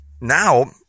now